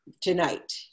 tonight